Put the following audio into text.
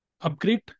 Upgrade